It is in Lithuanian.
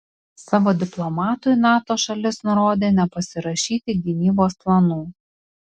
savo diplomatui nato šalis nurodė nepasirašyti gynybos planų